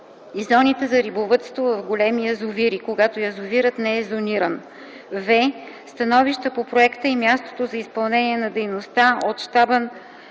зоните за рибовъдство в големи язовири - когато язовирът не е зониран; в) становища по проекта и мястото за изпълнение на дейностите от Щаба